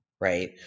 right